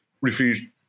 refused